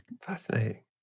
Fascinating